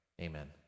Amen